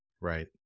Right